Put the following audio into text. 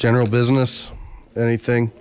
general business anything